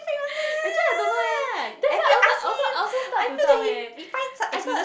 actually I don't know eh that's why I also I also I also start to doubt eh I got